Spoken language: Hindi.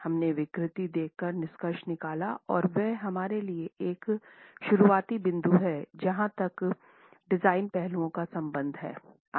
हम ने विकृति देखकर निष्कर्ष निकाला और वह हमारे लिए एक शुरुआती बिंदु है जहां तक डिजाइन पहलुओं का संबंध है